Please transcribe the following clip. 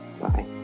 bye